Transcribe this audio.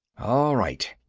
all right,